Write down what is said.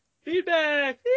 Feedback